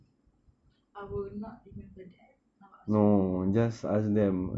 I would not remember that I would ask you again